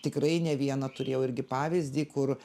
tikrai ne vieną turėjau irgi pavyzdį kur